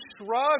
shrug